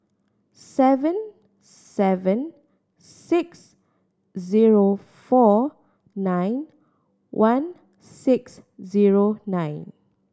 seven seven six zero four nine one six zero nine